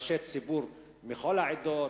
כראשי ציבור מכל העדות,